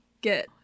get